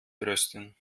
trösten